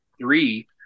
three